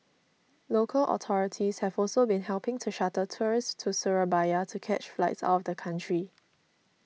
local authorities have also been helping to shuttle tourists to Surabaya to catch flights out of the country